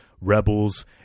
rebels